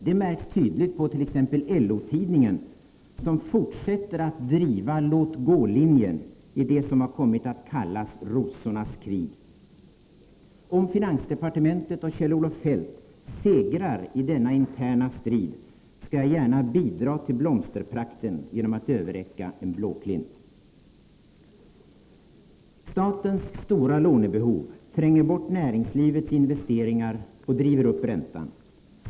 Detta märks tydligt på t.ex. LO-tidningen, som fortsätter att driva låt-gå-linjen i det som har kommit att kallas ”rosornas krig”. Om finansdepartementet och Kjell-Olof Feldt segrar i denna interna strid skall jag gärna bidra till blomsterprakten genom att överräcka en blåklint. Statens stora lånebehov tränger bort näringslivets investeringar och driver upp räntan.